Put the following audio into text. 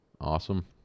Awesome